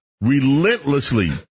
relentlessly